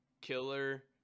Killer